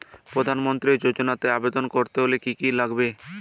প্রধান মন্ত্রী যোজনাতে আবেদন করতে হলে কি কী লাগবে?